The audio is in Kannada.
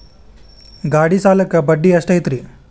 ಗಾಡಿ ಸಾಲಕ್ಕ ಬಡ್ಡಿ ಎಷ್ಟೈತ್ರಿ?